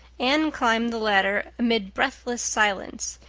anne climbed the ladder amid breathless silence,